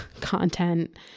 content